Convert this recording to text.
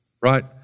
right